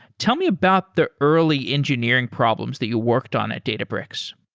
tell me about the early engineering problems that you worked on at databricks.